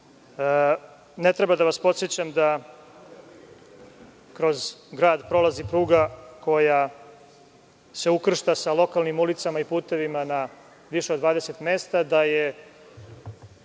treba da vas podsećam da kroz grad prolazi pruga koja se ukršta sa lokalnim ulicama i putevima na više od 20 mesta, da je